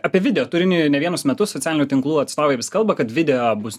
apie video turinį ne vienus metus socialinių tinklų atstovai vis kalba kad video bus